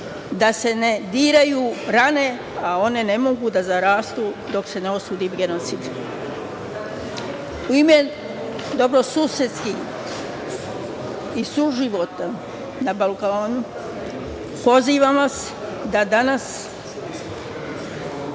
da se ne diraju rane a one ne mogu da zarastu dok se ne osudi genocid.U ime dobrosusedskih i suživota na Balkanu pozivam vas da danas